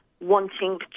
wanting